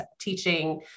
teaching